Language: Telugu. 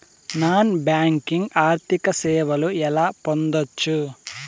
నాన్ బ్యాంకింగ్ ఆర్థిక సేవలు ఎలా పొందొచ్చు?